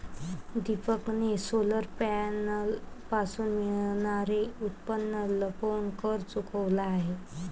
दीपकने सोलर पॅनलपासून मिळणारे उत्पन्न लपवून कर चुकवला आहे